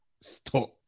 stop